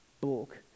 book